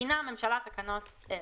מתקינה הממשלה תקנות אלה"